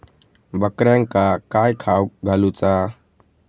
बकऱ्यांका काय खावक घालूचा?